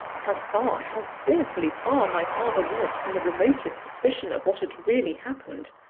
how far how fearfully far, my father was from the remotest suspicion of what had really happened!